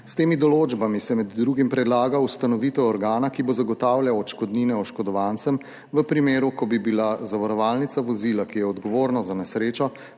S temi določbami se med drugim predlaga ustanovitev organa, ki bo zagotavljal odškodnine oškodovancem v primeru, ko bi bila zavarovalnica vozila, ki je odgovorno za nesrečo,